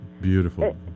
beautiful